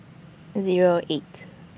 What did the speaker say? Zero eight